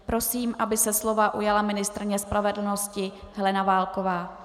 Prosím, aby se slova ujala ministryně spravedlnosti Helena Válková.